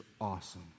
awesome